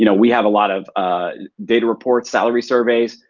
you know we have a lot of ah data reports, salary surveys,